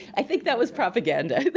i think that was propaganda.